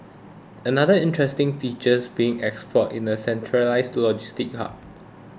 another interesting feature being explored in a centralised logistics hub